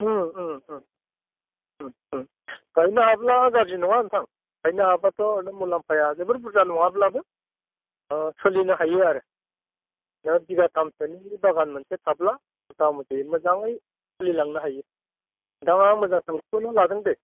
उम उम उम उम उम गायनो हाब्ला गाज्रि नङा नोंथां गायनो हाबाथ' नों मुलाम्फाया जोबोर बुरजा नङाबाबो सोलिनो हायो आरो नों बिघा थामसोनि बागान मोनसे थाब्ला मता मति मोजाङै सोलिलांनो हायो नोंथाङा मोजां थांखिखौनो लादों दे